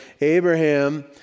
Abraham